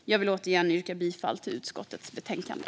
Jag vill återigen yrka bifall till förslaget i utskottets betänkande.